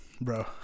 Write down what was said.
bro